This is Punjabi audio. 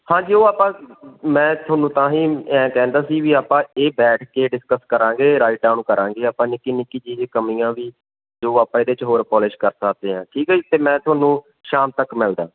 ਹਾਂਜੀ ਉਹ ਆਪਾਂ ਮੈਂ ਤੁਹਾਨੂੰ ਤਾਂ ਹੀ ਐਂ ਕਹਿੰਦਾ ਸੀ ਵੀ ਆਪਾਂ ਇਹ ਬੈਠ ਕੇ ਡਿਸਕਸ ਕਰਾਂਗੇ ਰਾਈਟ ਡਾਊਨ ਕਰਾਂਗੇ ਆਪਾਂ ਨਿੱਕੀ ਨਿੱਕੀ ਜਿਹੀ ਕਮੀਆਂ ਵੀ ਜੋ ਆਪਾਂ ਇਹਦੇ 'ਚ ਹੋਰ ਪੋਲਿਸ਼ ਕਰ ਸਕਦੇ ਹਾਂ ਠੀਕ ਹੈ ਜੀ ਅਤੇ ਮੈਂ ਤੁਹਾਨੂੰ ਸ਼ਾਮ ਤੱਕ ਮਿਲਦਾ